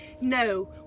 no